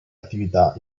attività